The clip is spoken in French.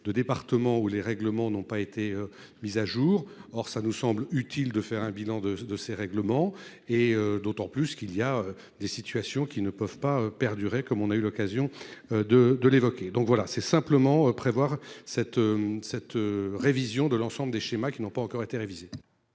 de département où les règlements n'ont pas été mises à jour. Or, ça nous semble utile de faire un bilan de de ces règlements, et d'autant plus qu'il y a des situations qui ne peuvent pas perdurer comme on a eu l'occasion de de l'évoquer, donc voilà c'est simplement prévoir cette cette révision de l'ensemble des schémas qui n'ont pas encore été. Avis